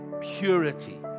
purity